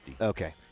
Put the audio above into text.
Okay